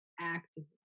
actively